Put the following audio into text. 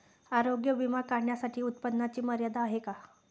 आरोग्य विमा काढण्यासाठी उत्पन्नाची मर्यादा आहे का?